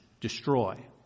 destroy